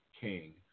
king